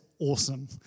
awesome